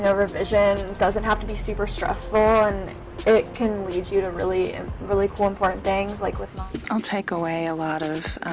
ah revision doesn't have to be super stressful, and it can lead you to really and really cool important like like i'll take away a lot of